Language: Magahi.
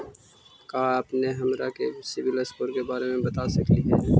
का अपने हमरा के सिबिल स्कोर के बारे मे बता सकली हे?